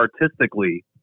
artistically